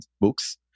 books